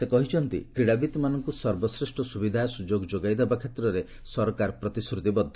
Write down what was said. ସେ କହିଛନ୍ତି କ୍ରୀଡ଼ାବିତ୍ମାନଙ୍କୁ ସର୍ବଶ୍ରେଷ୍ଠ ସୁବିଧା ସୁଯୋଗ ଯୋଗାଇଦେବା ଷେତ୍ରରେ ସରକାର ପ୍ରତିଶ୍ରତିବଦ୍ଧ